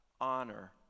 honor